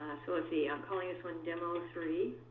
so, let's see, i'm calling this one, demo three.